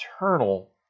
eternal